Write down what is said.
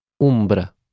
umbra